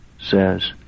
says